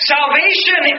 Salvation